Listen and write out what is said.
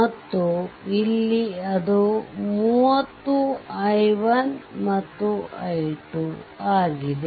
ಮತ್ತು ಇಲ್ಲಿ ಇದು 30 i1 ಮತ್ತು i2 ಆಗಿದೆ